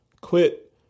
Quit